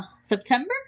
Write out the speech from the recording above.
September